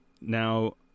now